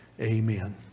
Amen